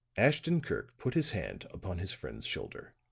ashton-kirk put his hand upon his friend's shoulder.